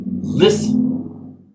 listen